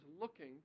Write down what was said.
looking